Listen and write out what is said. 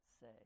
say